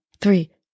three